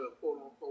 quote-unquote